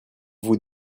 vous